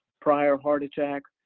prior heart attack,